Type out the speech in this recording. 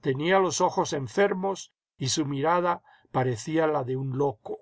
tenía los ojos enfermos y su mirada parecía la de un loco